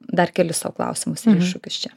dar keliu sau klausimus ir iššūkius čia